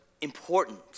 important